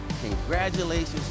Congratulations